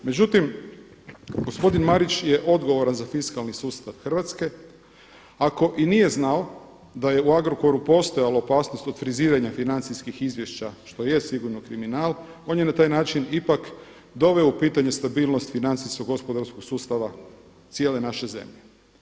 Međutim, gospodin Marić je odgovoran za fiskalni sustav Hrvatske, ako i nije znao da je u Agrokoru postojala opasnost od friziranja financijskih izvješća što je sigurno kriminal, on je na taj način ipak doveo u pitanje stabilnost financijsko-gospodarskog sustava cijele naše zemlje.